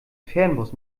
fernbus